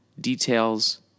Details